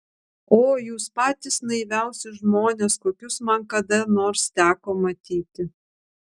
o jūs patys naiviausi žmonės kokius man kada nors teko matyti